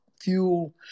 fuel